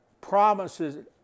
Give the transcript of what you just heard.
promises